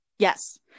Yes